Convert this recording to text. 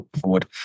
forward